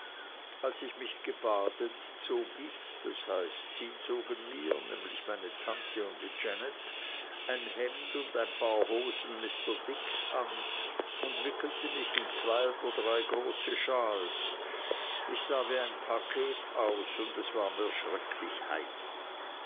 als ich mich gebadet zog ich das heißt sie zogen mir nämlich meine tante und janet ein hemd und ein paar hosen mr dicks an und wickelten mich in zwei oder drei große schals ich sah wie ein paket aus und es war mir schrecklich heiß